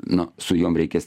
no su jom reikės